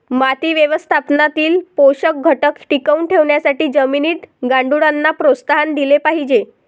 माती व्यवस्थापनातील पोषक घटक टिकवून ठेवण्यासाठी जमिनीत गांडुळांना प्रोत्साहन दिले पाहिजे